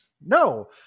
No